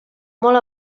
molt